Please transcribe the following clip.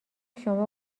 شما